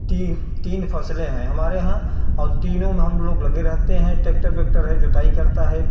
तीन तीन फ़सलें हैं हमारे यहाँ और तीनों में हम लोग लगे रहते हैं ट्रैक्टर बेक्टर है जोताई करता है